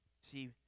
See